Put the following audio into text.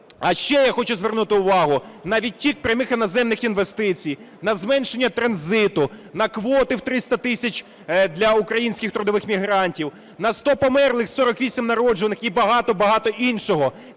А ще я хочу звернути увагу на відтік прямих іноземних інвестицій, на зменшення транзиту, на квоти у 300 тисяч для українських трудових мігрантів. На 100 померлих – 48 народжених. І багато-багато іншого.